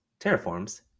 Terraforms